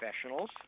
professionals